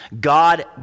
God